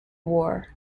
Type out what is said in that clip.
war